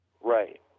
Right